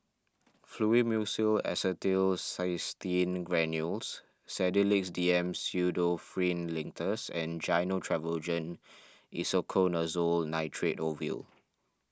Fluimucil Acetylcysteine Granules Sedilix D M Pseudoephrine Linctus and Gyno Travogen Isoconazole Nitrate Ovule